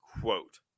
quote